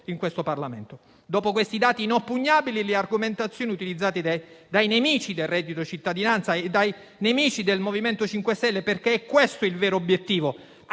in questo Parlamento. Dopo questi dati inoppugnabili rispetto alle argomentazioni utilizzate dai nemici del reddito cittadinanza e del MoVimento 5 Stelle (perché il vero obiettivo